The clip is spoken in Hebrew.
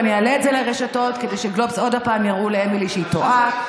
ואני אעלה את זה לרשתות כדי שגלובס עוד הפעם יראו לאמילי שהיא טועה.